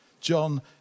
John